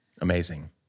Amazing